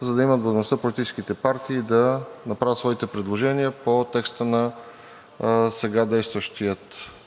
за да имат възможността политическите партии да направят своите предложения по текста на сега действащия чл.